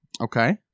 Okay